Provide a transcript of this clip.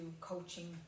coaching